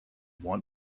want